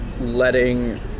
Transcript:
letting